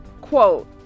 quote